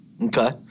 Okay